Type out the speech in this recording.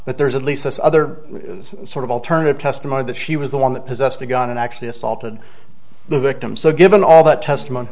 but there's at least this other sort of alternative testimony that she was the one that possessed the gun and actually assaulted the victim so given all that testimony